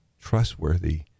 trustworthy